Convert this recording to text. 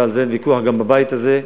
ועל זה אין ויכוח גם בבית הזה,